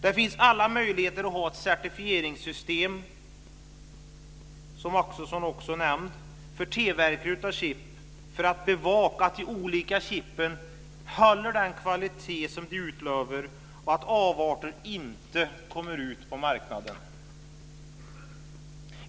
Det finns alla möjligheter att ha ett certifieringssystem, som Axelsson också nämnde, för tillverkning av chip för att bevaka att de olika chipen håller den kvalitet som de utlovar och att avarter inte kommer ut på marknaden.